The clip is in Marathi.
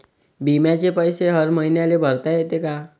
बिम्याचे पैसे हर मईन्याले भरता येते का?